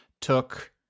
took